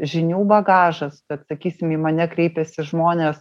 žinių bagažas kad sakysim į mane kreipiasi žmonės